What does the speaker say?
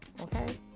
Okay